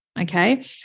okay